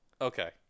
Okay